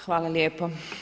Hvala lijepo.